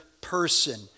person